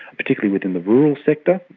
particularly within the rural sector,